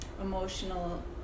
emotional